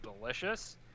delicious